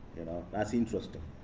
that's interesting.